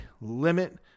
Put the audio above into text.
limit